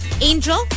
Angel